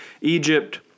Egypt